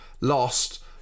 Lost